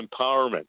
empowerment